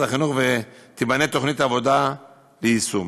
החינוך ותיבנה תוכנית עבודה ליישום.